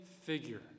figure